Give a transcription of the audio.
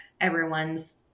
everyone's